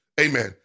amen